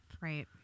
Right